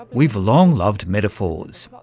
we've long loved metaphors.